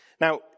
Now